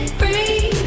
free